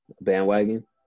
bandwagon